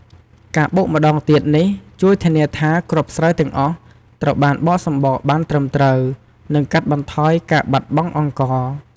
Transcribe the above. ការបុកម្តងទៀតនេះ ជួយធានាថាគ្រាប់ស្រូវទាំងអស់ត្រូវបានបកសម្បកបានត្រឹមត្រូវ និងកាត់បន្ថយការបាត់បង់អង្ករ។